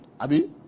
abi